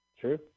True